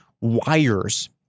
wires